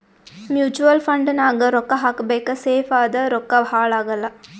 mutual fund ನಾಗ್ ರೊಕ್ಕಾ ಹಾಕಬೇಕ ಸೇಫ್ ಅದ ರೊಕ್ಕಾ ಹಾಳ ಆಗಲ್ಲ